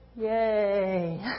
Yay